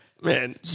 man